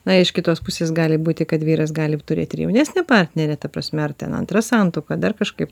na iš kitos pusės gali būti kad vyras gali turėti jaunesnę partnerę ta prasme ar ten antra santuoka dar kažkaip